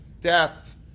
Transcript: death